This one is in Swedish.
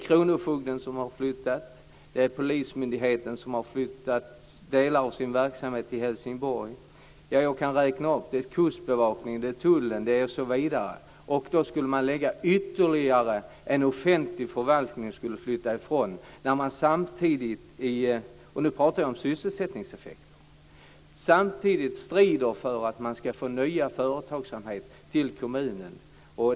Kronofogden har lämnat orten, polismyndigheten har omplacerat delar av sin verksamhet till Helsingborg och Kustbevakningen, tullen osv. har flyttats. Nu skulle ytterligare en offentlig förvaltning flyttas ifrån kommunen. Jag talar nu om sysselsättningseffekten. Samtidigt strider man för att få ny företagsamhet till kommunen.